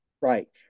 right